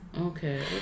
Okay